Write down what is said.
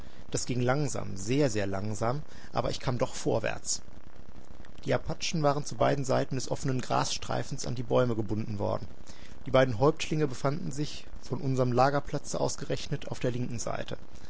das ging langsam sehr sehr langsam aber ich kam doch vorwärts die apachen waren zu beiden seiten des offenen grasstreifens an die bäume gebunden worden die beiden häuptlinge befanden sich von unserm lagerplatze aus gerechnet auf der linken seite